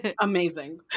amazing